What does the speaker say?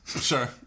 Sure